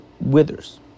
Withers